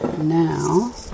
now